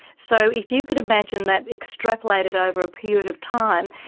so if you could imagine that extrapolated over a period of time,